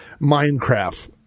Minecraft